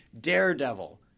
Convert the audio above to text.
Daredevil